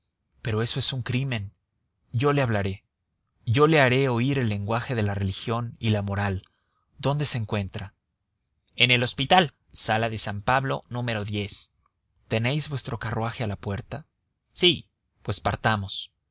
pero eso es un crimen yo le hablaré yo le haré oír el lenguaje de la religión y la moral dónde se encuentra en el hospital sala de san pablo número tenéis vuestro carruaje a la puerta sí pues partamos